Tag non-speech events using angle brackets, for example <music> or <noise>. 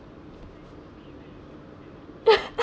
<laughs>